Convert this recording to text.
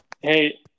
Hey